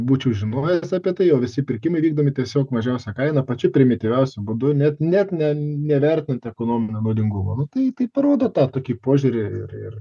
būčiau žinojęs apie tai o visi pirkimai vykdomi tiesiog mažiausia kaina pačiu primityviausiu būdu net net ne nevertinant ekonominio naudingumo nu tai tai parodo tą tokį požiūrį ir ir